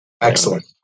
Excellent